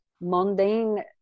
mundane